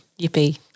Yippee